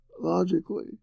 logically